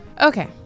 Okay